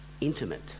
intimate